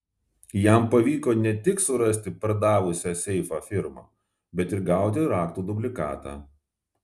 jam pavyko ne tik surasti pardavusią seifą firmą bet ir gauti raktų dublikatą